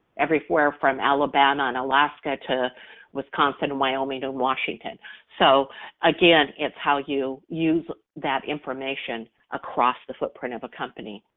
everywhere from alabama and alaska to wisconsin to wyoming to washington. so again, it's how you you that information across the footprint of a company,